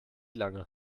lange